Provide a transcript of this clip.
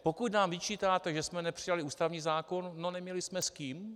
Pokud nám vyčítáte, že jsme nepřijali ústavní zákon, neměli jsme s kým.